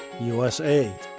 USA